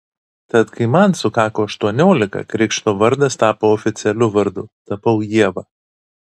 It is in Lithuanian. tad kai man sukako aštuoniolika krikšto vardas tapo oficialiu vardu tapau ieva